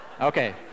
Okay